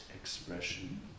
expression